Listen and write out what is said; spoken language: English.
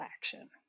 action